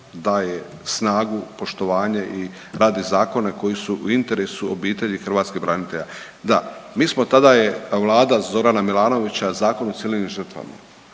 daje snagu, poštovanje i radi zakone koji su u interesu obitelji hrvatskih branitelja. Da, mi smo, tada je vlada Zorana Milanovića Zakon o civilnim žrtvama